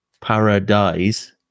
Paradise